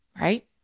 Right